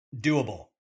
doable